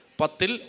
patil